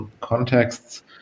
contexts